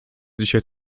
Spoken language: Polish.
dzisiaj